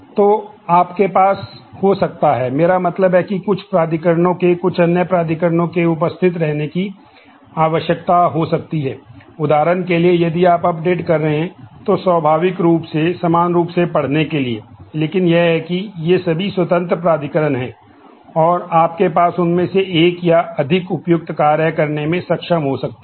तो आपके पास हो सकता है मेरा मतलब है कि कुछ प्राधिकरणों को कुछ अन्य प्राधिकरणों के उपस्थित रहने की आवश्यकता हो सकती है